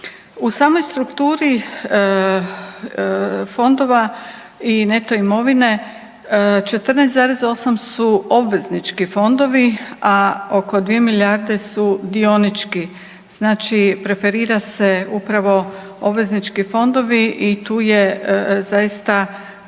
U samoj strukturi fondova i neto imovine 14,8 su obveznički fondovi, a oko 2 milijarde su dionički, znači preferira se upravo obveznički fondovi i tu je zaista